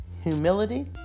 Humility